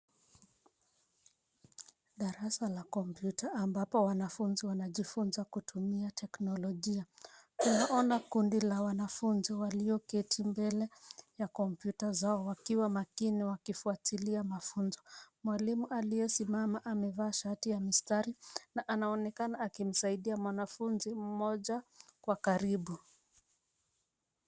Darasa la kompyuta ambapo wanafunzi wanajifunza kutumia teknolojia. Tunaona kundi la wanafunzi walioketi mbele ya kompyuta zao wakiwa makini wakifuatilia mafunzo. Mwalimu aliyesimama amevaa shati ya mistari, na anaonekana akimsaidia mwanafunzi mmoja, kwa karibu.